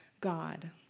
God